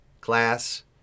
class